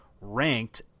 ranked